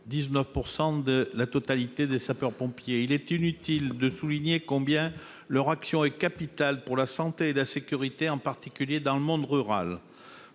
79 % de la totalité des sapeurs-pompiers. Il est inutile de souligner combien leur action est capitale pour la santé et la sécurité, en particulier dans le monde rural.